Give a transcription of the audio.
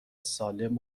سالم